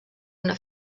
una